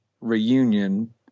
reunion